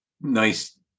nice